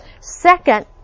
Second